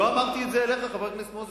לא אמרתי את זה אליך, חבר הכנסת מוזס.